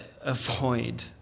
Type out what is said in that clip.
avoid